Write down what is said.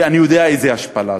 ואני יודע איזו השפלה זאת.